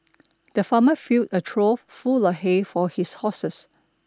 the farmer filled a trough full of hay for his horses